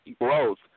growth